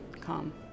calm